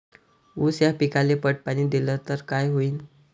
ऊस या पिकाले पट पाणी देल्ल तर काय होईन?